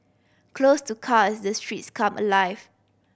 closed to cars the streets come alive